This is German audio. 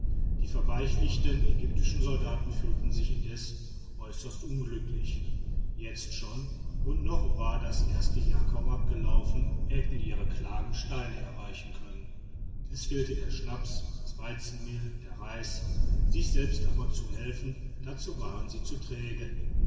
die verweichlichten ägyptischen soldaten fühlten sich indes äußerst unglücklich jetzt schon und noch war das erste jahr kaum abgelaufen hätten ihre klagen steine erweichen können es fehlte der schnaps das weizenmehl der reis sich selbst aber zu helfen dazu waren sie zu träge